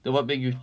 then what make you